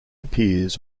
appears